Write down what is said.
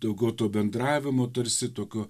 daugiau to bendravimo tarsi tokio